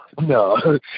no